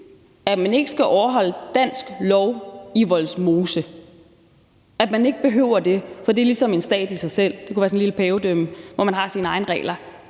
at man ikke skal overholde dansk lov i Vollsmose, altså at man ikke behøver det, fordi det ligesom er en stat i sig selv og er lidt ligesom et lille pavedømme, hvor man har sine egne regler.